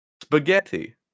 Spaghetti